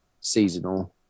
seasonal